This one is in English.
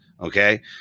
okay